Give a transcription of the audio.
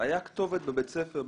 והייתה כתובת בבית ספר.